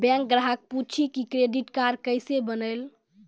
Bank ग्राहक पुछी की क्रेडिट कार्ड केसे बनेल?